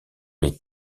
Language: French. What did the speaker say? les